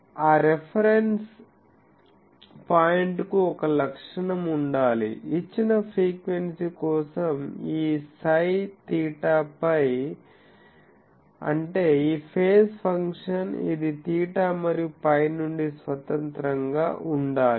ఆ రిఫరెన్స్ పాయింట్కు ఒక లక్షణం ఉండాలి ఇచ్చిన ఫ్రీక్వెన్సీ కోసం ఈ Ψ తీటాπ అంటే ఈ ఫేజ్ ఫంక్షన్ ఇది తీటా మరియు π నుండి స్వతంత్రంగా ఉండాలి